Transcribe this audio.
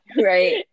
Right